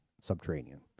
Subterranean